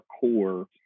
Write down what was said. core